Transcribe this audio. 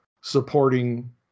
supporting